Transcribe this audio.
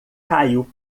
caiu